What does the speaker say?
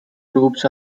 troops